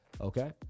Okay